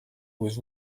was